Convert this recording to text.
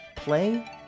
play